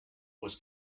was